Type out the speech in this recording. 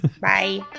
Bye